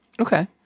Okay